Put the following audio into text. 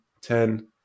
ten